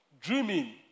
Dreaming